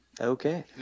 okay